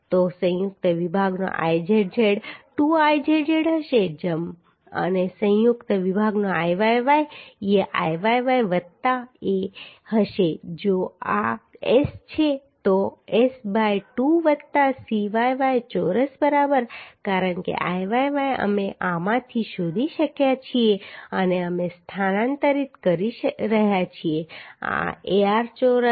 તો સંયુક્ત વિભાગનો Izz 2Izz હશે અને સંયુક્ત વિભાગનો Iyy એ Iyy વત્તા A હશે જો આ S છે તો S બાય 2 વત્તા Cyy ચોરસ બરાબર કારણ કે Iyy અમે આમાંથી શોધી શક્યા છીએ અને અમે સ્થાનાંતરિત કરી રહ્યા છીએ આ Ar ચોરસ